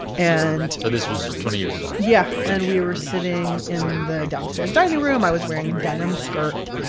and. so this was twenty years ago yeah ok and we were sitting in the downstairs dining room. i was wearing a denim skirt.